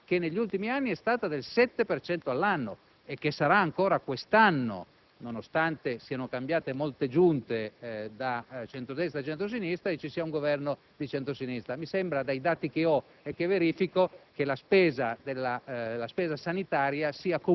di frenare la crescita del costo della sanità che, negli ultimi anni, è stata del 7 per cento all'anno, come sarà ancora quest'anno, nonostante siano cambiate molte giunte da centro-destra e centro-sinistra, e nonostante ci sia un Governo di centro-sinistra. Mi sembra, dai dati che ho e che verifico,